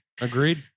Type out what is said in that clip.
Agreed